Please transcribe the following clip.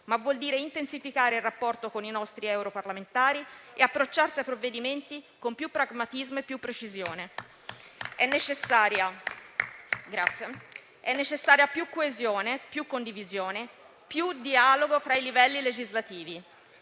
ma vuol dire intensificare il rapporto con i nostri europarlamentari e approcciarsi ai provvedimenti con più pragmatismo e più precisione. Sono necessari più coesione, più condivisione e più dialogo fra i livelli legislativi.